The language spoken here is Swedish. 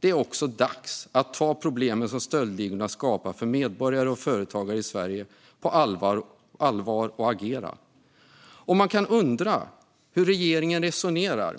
Det är också dags att ta de problem som stöldligorna skapar för medborgare och företagare i Sverige på allvar och agera. Man kan undra hur regeringen resonerar.